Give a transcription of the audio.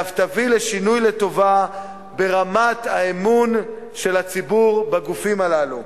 ואף תביא לשינוי לטובה ברמת האמון של הציבור בגופים הללו.